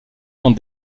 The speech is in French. dans